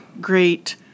great